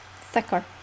thicker